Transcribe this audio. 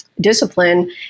discipline